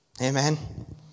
Amen